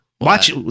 Watch